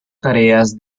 tareas